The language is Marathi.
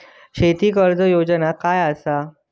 शेती कर्ज योजना काय असा?